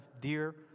dear